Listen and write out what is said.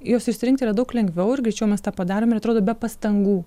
juos išsirinkti yra daug lengviau ir greičiau mes tą padarom ir atrodo be pastangų